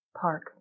park